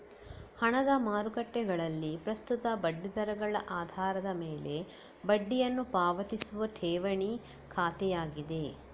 ಹಣದ ಮಾರುಕಟ್ಟೆಗಳಲ್ಲಿ ಪ್ರಸ್ತುತ ಬಡ್ಡಿ ದರಗಳ ಆಧಾರದ ಮೇಲೆ ಬಡ್ಡಿಯನ್ನು ಪಾವತಿಸುವ ಠೇವಣಿ ಖಾತೆಯಾಗಿದೆ